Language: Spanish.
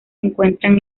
encuentran